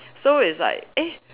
so it's like eh